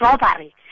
robbery